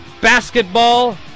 basketball